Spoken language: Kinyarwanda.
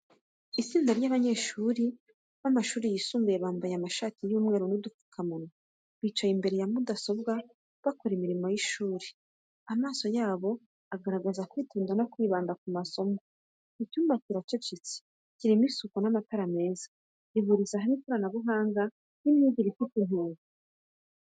Itsinda ry’abanyeshuri b’amashuri yisumbuye bambaye amashati y’umweru n’udupfukamunwa bicaye imbere ya mudasobwa, bakora imirimo y’ishuri. Amaso yabo agaragaza kwitonda no kwibanda ku masomo. Icyumba kiracecetse, kirimo isuku n’amatara meza, gihuriza hamwe ikoranabuhanga n’imyigire ifite intego.